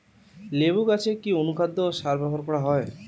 লেবু গাছে কি অনুখাদ্য ও সার ব্যবহার করা হয়?